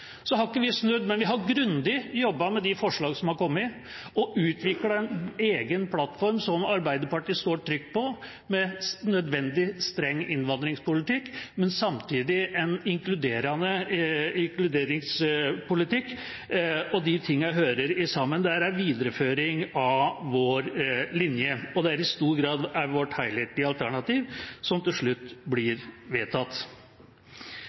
har vi ikke snudd, men vi har jobbet grundig med de forslag som har kommet, og utviklet en egen plattform som Arbeiderpartiet står trygt på, med nødvendig streng innvandringspolitikk, men samtidig en inkluderende integreringspolitikk. De tingene hører sammen, det er en videreføring av vår linje. Og det er i stor grad vårt helhetlige alternativ som til slutt blir vedtatt.